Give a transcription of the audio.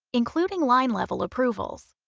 including line level approvals.